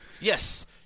Yes